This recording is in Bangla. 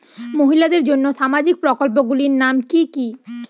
মহিলাদের জন্য সামাজিক প্রকল্প গুলির নাম কি কি?